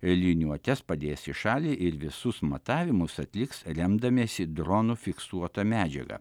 liniuotes padės į šalį ir visus matavimus atliks remdamiesi dronų fiksuota medžiaga